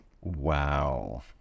Wow